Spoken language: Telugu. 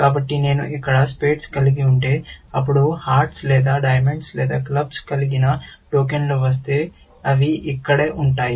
కాబట్టి నేను ఇక్కడ స్పేడ్స్ కలిగి ఉంటే అప్పుడు హృదయాలు లేదా వజ్రాలు లేదా క్లబ్బులు కలిగిన టోకెన్ వస్తే అది ఇక్కడే కూర్చుంటుంది